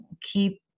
keep